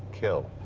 kill.